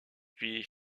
puis